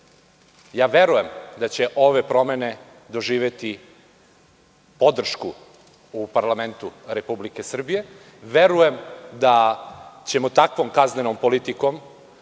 štetu. Verujem da će ove promene doživeti podršku u parlamentu Republike Srbije i verujem da ćemo takvom kaznenom politikom